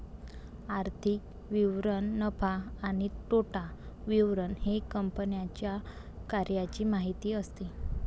आर्थिक विवरण नफा आणि तोटा विवरण हे कंपन्यांच्या कार्याची माहिती असते